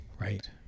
Right